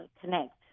connect